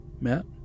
Matt